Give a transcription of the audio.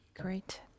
great